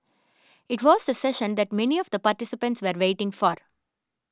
it was the session that many of the participants were waiting for